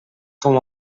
com